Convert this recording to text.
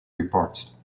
reports